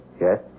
Yes